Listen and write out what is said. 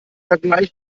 vergleich